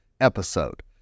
episode